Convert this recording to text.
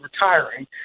retiring